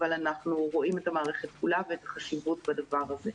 אבל אנחנו רואים את המערכת כולה ואת החשיבות של הדבר הזה.